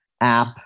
app